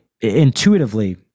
intuitively